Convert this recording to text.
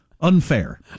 unfair